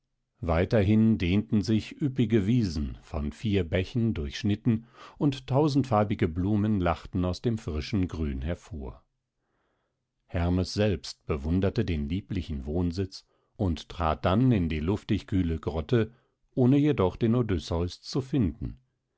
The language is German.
weiterhin dehnten sich üppige wiesen von vier bächen durchschnitten und tausendfarbige blumen lachten aus dem frischen grün hervor hermes selbst bewunderte den lieblichen wohnsitz und trat dann in die luftigkühle grotte jedoch ohne den odysseus zu finden